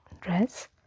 dress